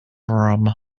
room